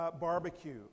barbecue